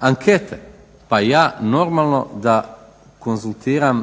ankete, pa ja normalno da konzultiram